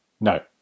No